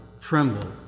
tremble